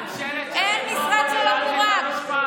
ממשלת, אין משרד שלא פורק.